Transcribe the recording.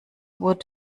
would